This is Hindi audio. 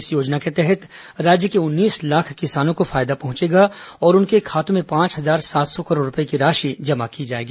इस योजना के तहत राज्य के उन्नीस लाख किसानों को फायदा पहुंचेगा और उनके खातों में पांच हजार सात सौ करोड़ रूपए की राशि जमा की जाएगी